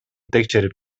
текшерип